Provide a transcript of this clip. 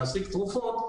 להשיג תרופות,